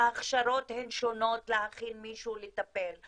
וההכשרות הן שונות להכין מישהו לטפל.